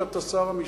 שאתה שר המשפטים.